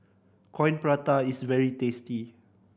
Coin Prata is very tasty